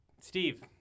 steve